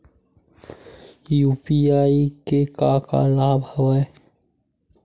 UPI के का का लाभ हवय?